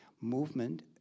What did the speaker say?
movement